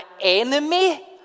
enemy